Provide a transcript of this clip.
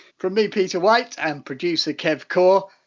from me, peter white and producer kev core,